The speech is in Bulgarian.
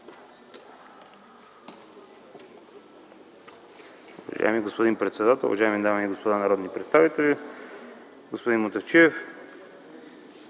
Уважаеми господин председател, уважаеми дами и господа народни представители, господин Мутафчиев!